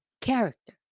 character